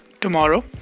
tomorrow